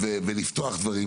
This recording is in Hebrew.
ולפתוח דברים.